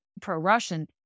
pro-Russian